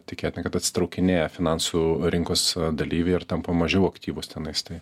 tikėtina kad atsitraukinėja finansų rinkos dalyviai ir tampa mažiau aktyvūs tenais tai